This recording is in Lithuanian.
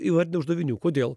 įvardino uždavinių kodėl